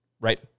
Right